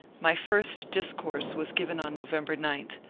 my first discourse was given on november nine,